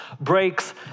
breaks